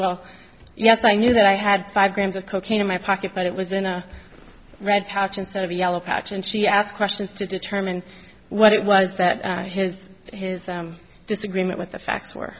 well yes i knew that i had five grams of cocaine in my pocket but it was in a red patch in sort of a yellow patch and she asked questions to determine what it was that his his disagreement with the facts were